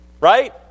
right